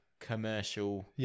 commercial